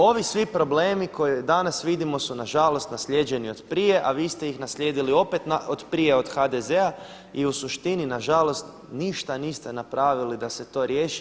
Ovi svi problemi koje danas vidimo su nažalost naslijeđeni od prije a vi ste ih naslijedili opet od prije od HDZ-a i u suštini nažalost ništa niste napravili da se to riješi.